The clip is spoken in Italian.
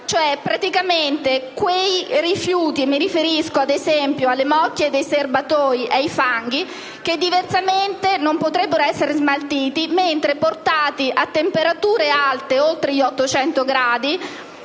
Mi riferisco a quei rifiuti, come ad esempio le morchie dei serbatoi e i fanghi, che diversamente non potrebbero essere smaltiti, mentre se portati a temperature alte, oltre gli 800 gradi,